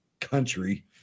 country